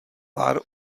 pár